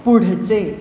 पुढचे